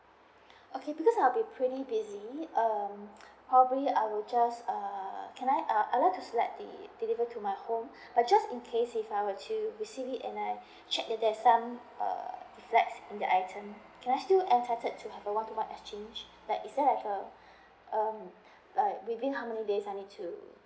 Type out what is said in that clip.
okay because I'll be pretty busy um probably I will just err can I uh I'd to select the deliver to my home but just in case if I were to receive it and I check if there's some uh defects in the item can I still entitled to have a one to one exchange like is there like a um within how many days I need to